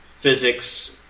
physics